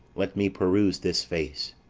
let me peruse this face.